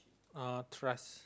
uh trust